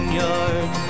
yard